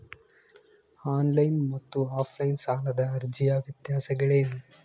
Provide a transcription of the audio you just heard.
On line ಮತ್ತು offline ಸಾಲದ ಅರ್ಜಿಯ ವ್ಯತ್ಯಾಸಗಳೇನು?